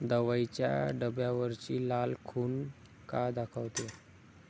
दवाईच्या डब्यावरची लाल खून का दाखवते?